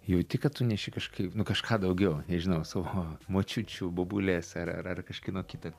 jauti kad tu neši kažkaip nu kažką daugiau nežinau savo močiučių bobulės ar ar ar kažkieno kita